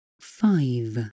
Five